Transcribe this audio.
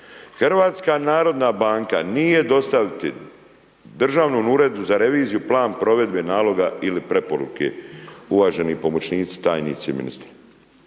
„Hrvatska narodna banka nije dostaviti Državnom uredu za reviziju plan provedbe naloga ili preporuke“, uvaženi pomoćnici, tajnici ministra.